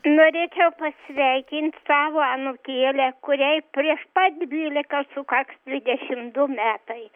norėčiau pasveikint savo anūkėlę kuriai prieš pat dvylika sukaks dvidešim du metai